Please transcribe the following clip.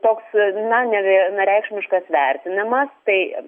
toks na nevienareikšmiškas vertinimas tai